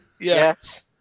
Yes